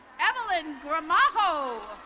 evelyn gramajo.